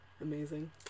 Amazing